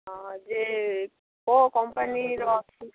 ହଁ ଯେ କେଉଁ କମ୍ପାନୀର ଅଛି